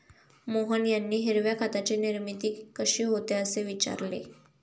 मोहन यांनी हिरव्या खताची निर्मिती कशी होते, असे विचारले